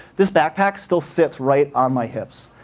this backpack still sits right on my hips.